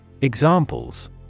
Examples